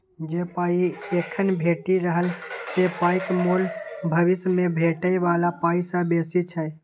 जे पाइ एखन भेटि रहल से पाइक मोल भबिस मे भेटै बला पाइ सँ बेसी छै